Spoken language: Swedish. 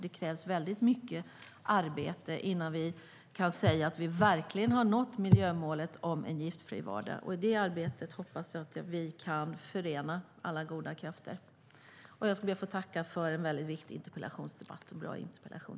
Det krävs väldigt mycket arbete innan vi kan säga att vi verkligen har nått miljömålet om en giftfri vardag. I det arbetet hoppas jag att vi kan förena alla goda krafter. Jag ska be att få tacka för en väldigt viktig interpellationsdebatt och en bra interpellation.